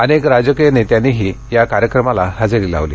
अनेक राजकीय नेत्यांनीही या कार्यक्रमाला हजेरी लावली